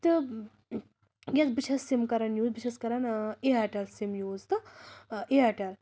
تہٕ یۄس بہٕ چھَس سِم کَران یوٗز بہٕ چھَس کَران اِیَرٹٮ۪ل سِم یوٗز تہٕ اِیَرٹٮ۪ل